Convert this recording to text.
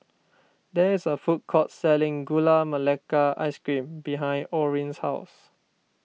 there is a food court selling Gula Melaka Ice Cream behind Orin's house